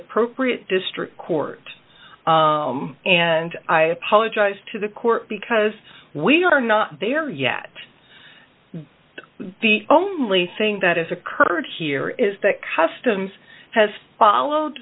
appropriate district court and i apologize to the court because we are not there yet the only thing that has occurred here is that customs has followed